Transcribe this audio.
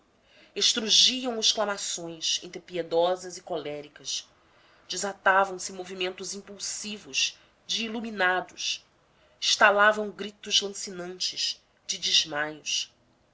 irreprimível estrugiam exclamações entre piedosas e coléricas desatavam se movimentos impulsivos de iluminados estalavam gritos lancinantes de desmaios